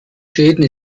schäden